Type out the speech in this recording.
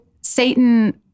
Satan